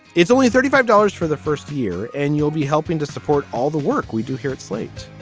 it's only thirty five dollars for the first year and you'll be helping to support all the work we do here at slate.